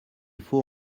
faut